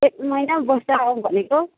एक महिना बस्दै आउँ भनेको